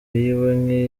yiwe